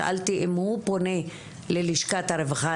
שאלתי אם הוא פונה ללשכת הרווחה.